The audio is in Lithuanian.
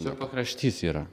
čia pakraštys yra